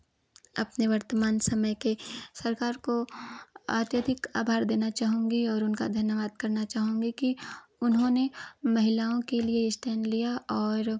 आपने वर्तमान समय के सरकार को आत्यधिक आभार देना चाहूँगी और उनका धन्यवाद करना चाहूँगी की उन्होंने महिलाओं के लिए स्टैन्ड लिया और